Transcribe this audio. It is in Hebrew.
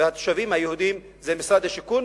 והתושבים היהודיים זה משרד השיכון,